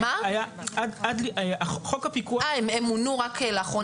אה, הם מונו רק לאחרונה?